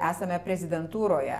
esame prezidentūroje